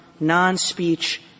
non-speech